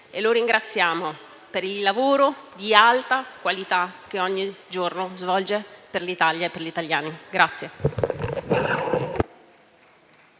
e lo ringraziamo per il lavoro di alta qualità che ogni giorno svolge per l'Italia e per gli italiani. [DE